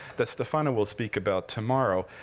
that stefano will speak about tomorrow.